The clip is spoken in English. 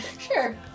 sure